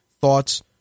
thoughts